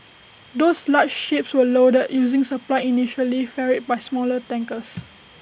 those large ships were loaded using supply initially ferried by smaller tankers